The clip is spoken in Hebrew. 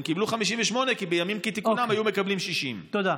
והם קיבלו 58 כי בימים כתיקונם הם היו מקבלים 60. תודה.